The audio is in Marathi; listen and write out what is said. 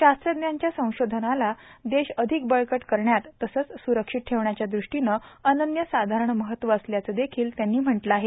शास्त्रज्ञांच्या संशोधनानं देश अधिक बळकट करण्यात तसंच स्रक्षित ठेवण्याच्या दृष्टीनं अनन्य साधारण महत्व असल्याचं देखील त्यांनी म्हटलं आहे